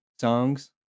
songs